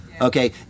Okay